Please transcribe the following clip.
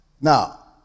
Now